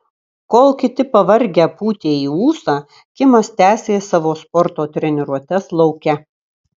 kol kiti pavargę pūtė į ūsą kimas tęsė savo sporto treniruotes lauke